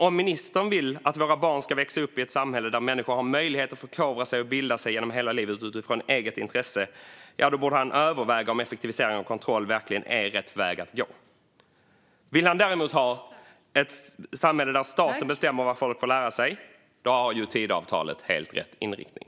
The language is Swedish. Om ministern vill att våra barn ska växa upp i ett samhälle där människor har möjlighet att förkovra sig och bilda sig genom hela livet utifrån eget intresse borde han överväga om effektiviseringar och kontroll verkligen är rätt väg att gå. Om han däremot vill ha ett samhälle där staten bestämmer vad folk får lära sig har Tidöavtalet helt rätt inriktning.